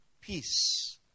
peace